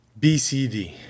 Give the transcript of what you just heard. BCD